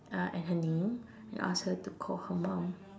uh and her name and asked her to call her mum